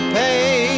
pay